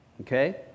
Okay